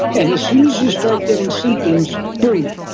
and as soon as you start getting symptoms, boom,